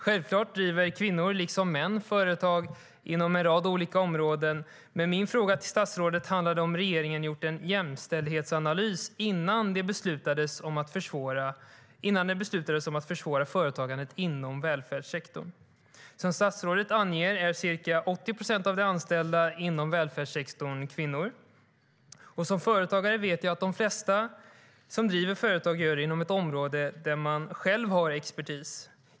Självklart driver kvinnor liksom män företag inom en rad olika områden, men min fråga till statsrådet handlade om huruvida regeringen gjort en jämställdhetsanalys innan det beslutades om att försvåra företagandet inom välfärdssektorn. Som statsrådet anger är ca 80 procent av de anställda inom välfärdssektorn kvinnor. Som företagare vet jag att de flesta som driver företag gör det inom ett område där de själva har expertis.